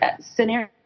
scenario